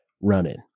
running